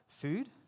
food